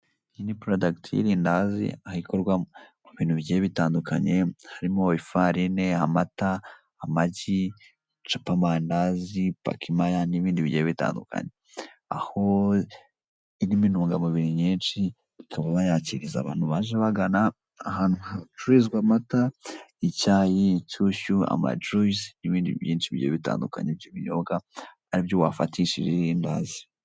Iyi ni porodagiti y'irindazi aho ikorwa mu bintu bigiye bitandukanye, harimo ifarini, amata, amagi, capamandazi, pakimaya n'ibindi bihiye bitandukanye. Aho irimo intungamubiri nyinshi abantu baje bagana ahantu hacururizwa amata, icyayi, inshyushyu, amajuyisi n'ibindi byinshi bigiye ibyo binyobwa ari byo wafatisha iri rindazi.